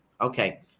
Okay